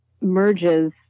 merges